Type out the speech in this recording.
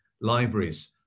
libraries